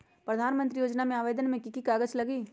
प्रधानमंत्री योजना में आवेदन मे की की कागज़ात लगी?